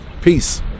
Peace